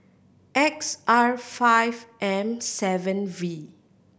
X R five M seven V